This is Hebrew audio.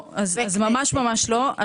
לא, אז ממש ממש לא.